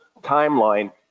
timeline